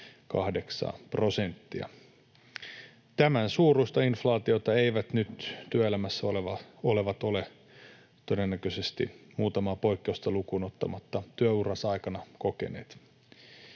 Tämän suuruista inflaatiota eivät nyt työelämässä olevat, todennäköisesti muutamaa poikkeusta lukuun ottamatta, ole työuransa aikana kokeneet.